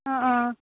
অঁ অঁ